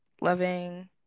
loving